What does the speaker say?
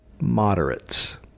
moderates